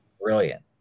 brilliant